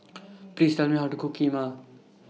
Please Tell Me How to Cook Kheema